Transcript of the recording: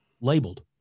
labeled